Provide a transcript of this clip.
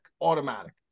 automatic